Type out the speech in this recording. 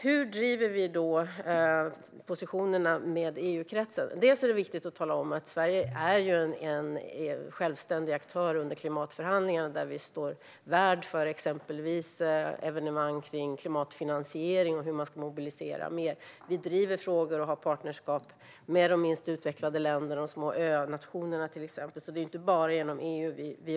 Hur driver vi då positionerna inom EU-kretsen? Det är viktigt att tala om att Sverige är en självständig aktör under klimatförhandlingarna, och vi står värd för exempelvis evenemang om klimatfinansiering och hur man ska mobilisera mer. Vi driver frågor och har partnerskap med de minst utvecklade länderna, till exempel de små önationerna. Vi verkar alltså inte bara inom EU.